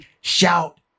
shout